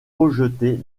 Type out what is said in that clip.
rejetée